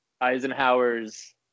Eisenhower's